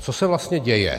Co se vlastně děje?